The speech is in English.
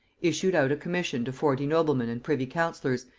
issued out a commission to forty noblemen and privy-councillors,